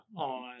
on